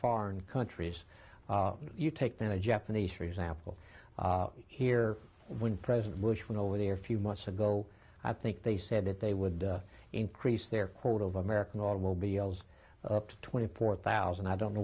foreign countries you take them to japanese for example here when president bush went over there few months ago i think they said that they would increase their quota of american automobiles up to twenty four thousand i don't know